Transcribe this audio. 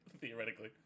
Theoretically